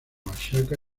oaxaca